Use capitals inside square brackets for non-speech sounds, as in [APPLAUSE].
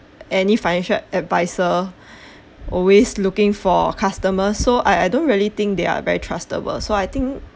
any financial adviser [BREATH] always looking for customer so I I don't really think they are very trust-able so I think